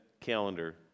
Calendar